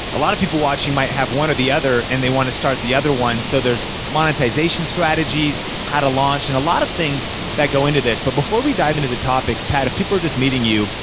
a lot of people watching might have one or the other, and they wanna start the other one, so there's monetization strategies, how to launch, and a lot of things that go into this. but before we dive into the topics, pat, if people are just meeting you,